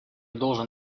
должен